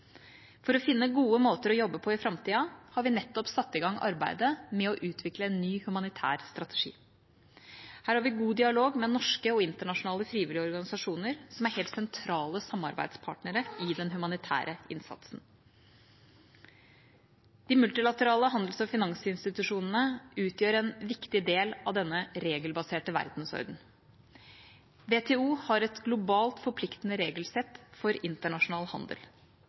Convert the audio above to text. For å finne gode måter å jobbe på i framtiden har vi nettopp satt i gang arbeidet med å utvikle en ny humanitær strategi. Her har vi god dialog med norske og internasjonale frivillige organisasjoner, som er helt sentrale samarbeidspartnere i den humanitære innsatsen. De multilaterale handels- og finansinstitusjonene utgjør en viktig del av denne regelbaserte verdensordenen. WTO har et globalt forpliktende regelsett for internasjonal handel.